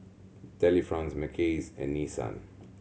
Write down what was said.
Delifrance Mackays and Nissan